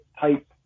type